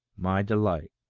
my delight.